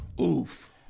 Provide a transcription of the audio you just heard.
Oof